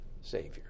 Savior